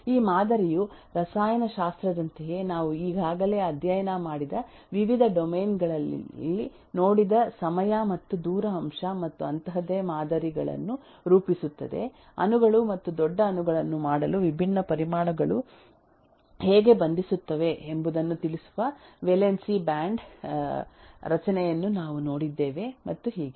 ಈ ಮಾದರಿಯು ರಸಾಯನಶಾಸ್ತ್ರದಂತೆಯೇ ನಾವು ಈಗಾಗಲೇ ಅಧ್ಯಯನ ಮಾಡಿದ ವಿವಿಧ ಡೊಮೇನ್ ಗಳಲ್ಲಿ ನೋಡಿದ ಸಮಯ ಮತ್ತು ದೂರ ಅಂಶ ಮತ್ತು ಅಂತಹುದೇ ಮಾದರಿಗಳನ್ನು ರೂಪಿಸುತ್ತದೆ ಅಣುಗಳು ಮತ್ತು ದೊಡ್ಡ ಅಣುಗಳನ್ನು ಮಾಡಲು ವಿಭಿನ್ನ ಪರಮಾಣುಗಳು ಹೇಗೆ ಬಂಧಿಸುತ್ತವೆ ಎಂಬುದನ್ನು ತಿಳಿಸುವ ವೇಲೆನ್ಸಿ ಬಾಂಡ್ ರಚನೆಯನ್ನು ನಾವು ನೋಡಿದ್ದೇವೆ ಮತ್ತು ಹೀಗೆ